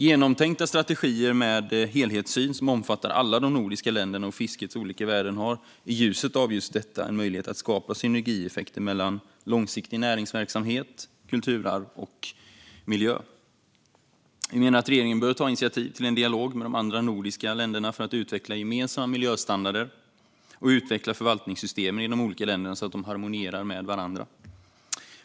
Genomtänkta strategier som har en helhetssyn och som omfattar alla de nordiska länderna och fiskets olika värden har i ljuset av detta en möjlighet att skapa synergieffekter mellan långsiktig näringsverksamhet, kulturarv och miljö. Vi menar att regeringen bör ta initiativ till en dialog med de andra nordiska länderna för att utveckla gemensamma miljöstandarder och utveckla förvaltningssystemen i de olika länderna så att de harmonierar med varandra.